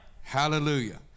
Hallelujah